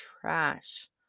trash